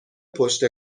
پشت